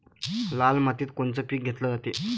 लाल मातीत कोनचं पीक घेतलं जाते?